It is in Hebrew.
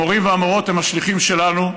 המורים והמורות הם השליחים שלנו,